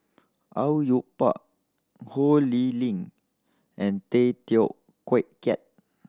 Au Yue Pak Ho Lee Ling and Tay Teow Kiat